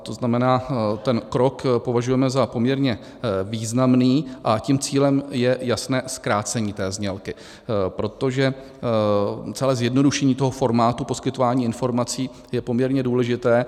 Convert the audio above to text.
To znamená, že ten krok považujeme za poměrně významný, a tím cílem je jasné zkrácení té znělky, protože celé zjednodušení toho formátu poskytování informací je poměrně důležité.